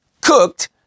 cooked